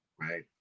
right